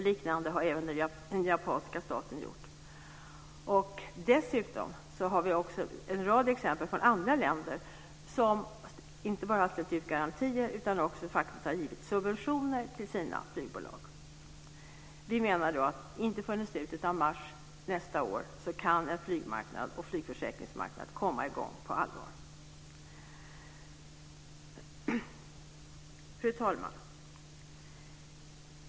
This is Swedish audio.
Liknande har även den japanska staten gjort. Dessutom har vi en rad exempel från andra länder, som inte bara har ställt ut garantier utan också har givit subventioner till sina flygbolag. Vi menar att inte förrän i slutet av mars nästa år kan en flygmarknad och flygförsäkringsmarknad komma i gång på allvar. Fru talman!